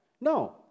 No